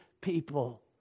people